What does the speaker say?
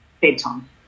bedtime